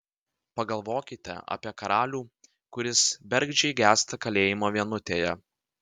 pagalvokite apie karalių kuris bergždžiai gęsta kalėjimo vienutėje